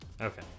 Okay